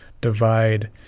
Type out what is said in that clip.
divide